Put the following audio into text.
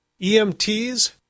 EMTs